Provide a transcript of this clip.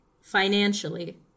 Financially